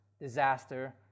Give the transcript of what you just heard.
disaster